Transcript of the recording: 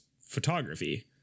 photography